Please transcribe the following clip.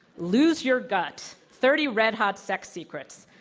lose your guts, thirty red hot sex secrets.